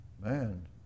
man